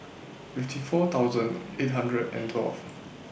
fifty four thousand eight hundred and twelve